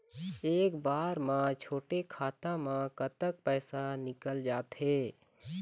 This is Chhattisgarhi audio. एक बार म छोटे खाता म कतक पैसा निकल जाथे?